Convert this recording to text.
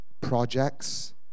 projects